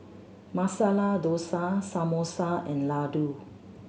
Masala Dosa Samosa and Ladoo